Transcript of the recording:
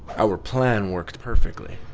our plan worked perfectly.